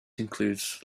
includes